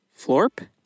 Florp